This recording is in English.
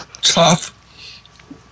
tough